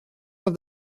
off